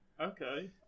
Okay